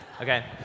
Okay